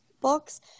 books